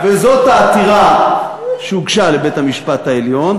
וזאת העתירה שהוגשה לבית-המשפט העליון,